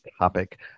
topic